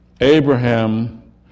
Abraham